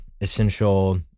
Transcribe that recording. essential